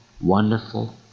Wonderful